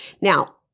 Now